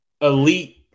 elite